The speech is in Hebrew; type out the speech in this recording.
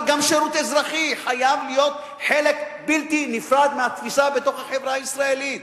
אבל גם שירות אזרחי חייב להיות חלק בלתי נפרד מהתפיסה בחברה הישראלית.